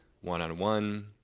one-on-one